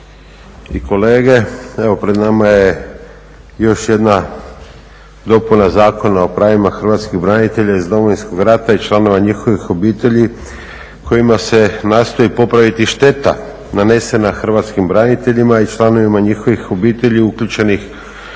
i kolege. Evo, pred nama je još jedna dopuna Zakona o pravima hrvatskih branitelja iz Domovinskog rata i članova njihovih obitelji kojima se nastoji popraviti šteta nanesena hrvatskim braniteljima i članovima njihovih obitelji uključenih